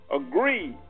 agree